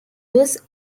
loess